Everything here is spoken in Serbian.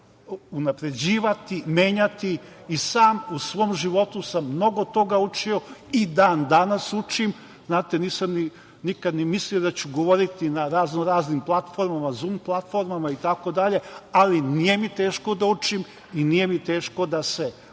unapređivati, menjati. Sam u svom životu sam mnogo toga učio i dan danas učim. Znate, nisam nikad ni mislio da ću govoriti na raznoraznim platformama, Zum platformama itd, ali nije mi teško da učim i nije mi teško da se borim